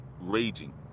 raging